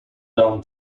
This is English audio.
down